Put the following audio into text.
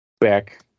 Back